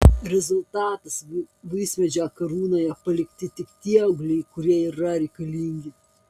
rezultatas vaismedžio karūnoje palikti tik tie ūgliai kurie yra reikalingi